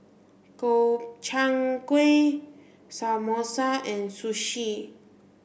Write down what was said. Gobchang Gui Samosa and Sushi